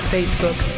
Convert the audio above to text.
Facebook